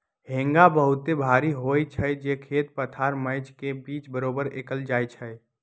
हेंगा बहुते भारी होइ छइ जे खेत पथार मैच के पिच बरोबर कएल जाइ छइ